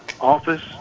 Office